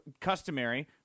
customary